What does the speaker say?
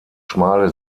schmale